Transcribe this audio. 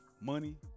money